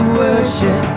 worship